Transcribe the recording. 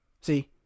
See